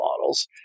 models